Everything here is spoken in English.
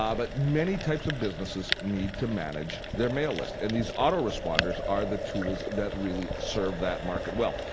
um but many types of business need to manage their mail list and these autoresponders are the tools that really serve that market well.